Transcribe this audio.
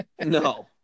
No